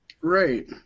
right